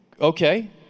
Okay